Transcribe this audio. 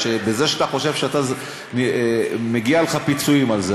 בזה שאתה חושב שמגיעים לך פיצויים על זה,